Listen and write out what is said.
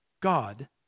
God